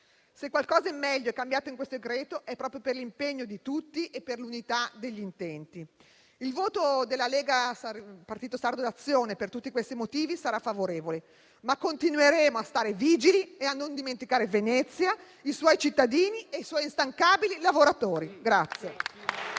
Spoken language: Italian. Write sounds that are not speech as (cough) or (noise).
Se qualcosa in meglio è cambiato in questo provvedimento è proprio per l'impegno di tutti e per l'unità degli intenti. Il voto del Gruppo Lega-Salvini Premier-Partito Sardo d'Azione per tutti questi motivi sarà favorevole, ma continueremo a essere vigili e a non dimenticare Venezia, i suoi cittadini e i suoi instancabili lavoratori. (applause)